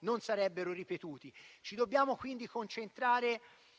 non sarebbero ripetuti. Ci dobbiamo quindi concentrare